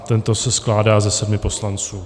Ten se skládá ze sedmi poslanců.